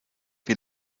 wie